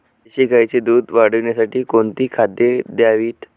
देशी गाईचे दूध वाढवण्यासाठी कोणती खाद्ये द्यावीत?